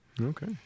Okay